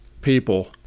people